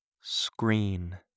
screen